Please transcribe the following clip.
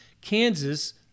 kansas